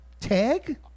tag